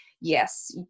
Yes